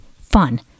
fun